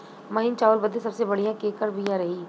महीन चावल बदे सबसे बढ़िया केकर बिया रही?